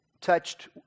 touched